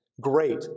Great